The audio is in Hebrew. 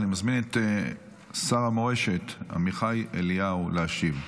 אני מזמין את שר המורשת עמיחי אליהו להשיב.